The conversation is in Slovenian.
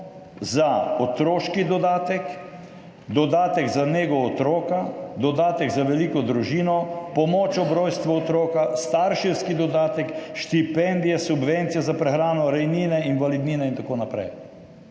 za otroški dodatek, dodatek za nego otroka, dodatek za veliko družino, pomoč ob rojstvu otroka, starševski dodatek, štipendije, subvencije za prehrano, rejnine, invalidnine in tako naprej.